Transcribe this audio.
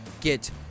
get